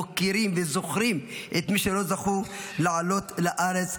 מוקירים וזוכרים את מי שלא זכו לעלות לארץ,